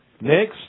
Next